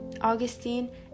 Augustine